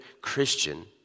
christian